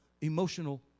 emotional